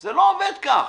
זה לא עובד כך.